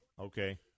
Okay